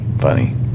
Funny